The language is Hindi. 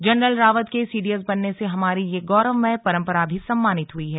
जनरल रावत के सीडी एस बनने से हमारी यह गौरवमय परंपरा भी सम्मानित हुई है